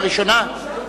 של קריאה ראשונה?